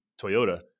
Toyota